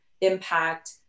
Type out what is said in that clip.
impact